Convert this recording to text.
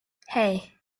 hey